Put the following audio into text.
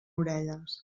orelles